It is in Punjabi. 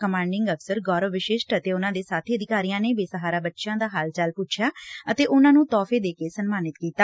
ਕਮਾਂਡਿੰਗ ਅਫਸਰ ਗੌਰਵ ਵਸ਼ਿਸਟ ਅਤੇ ਉਨਾਂ ਦੇ ਸਾਥੀ ਅਧਿਕਾਰੀਆਂ ਨੇ ਬੇਸਹਾਰਾ ਬੱਚਿਆਂ ਦਾ ਹਾਲ ਚਾਲ ਪੁਛਿਆ ਅਤੇ ਉਨੂਾ ਨੂੰ ਤੋਹਫੇ ਦੇ ਕੇ ਸਨਮਾਨਿਤ ਕੀਤਾ